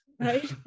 right